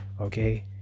okay